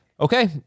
Okay